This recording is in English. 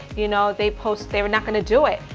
you know, they post they're not going to do it.